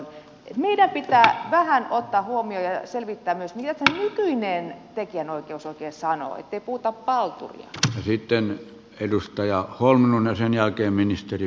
meidän pitää vähän ottaa huomioon ja selvittää myös mitä se nykyinen tekijänoikeus oikein sanoo ettei puhuta palturia